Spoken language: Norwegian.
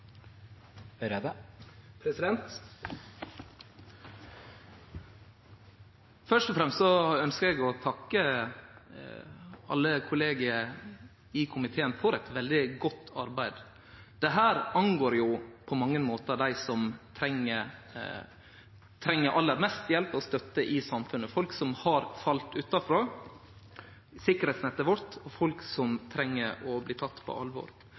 å takke kollegiet i komiteen for eit veldig godt arbeid. Dette vedkjem på mange måtar dei som treng aller mest hjelp og støtte i samfunnet, folk som har falle utanfor sikkerheitsnettet vårt, folk som treng å bli tekne på alvor.